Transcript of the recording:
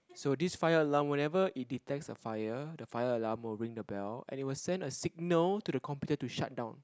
so this fire alarm whenever it detects the fire the fire alarm will ring the bell and it will send a signal to the computer to shut down